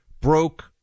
Broke